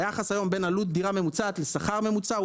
היחס היום בין עלות דירה ממוצעת לשכר ממוצע,